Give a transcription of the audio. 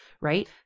right